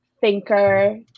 thinker